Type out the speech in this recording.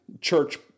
church